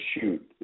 shoot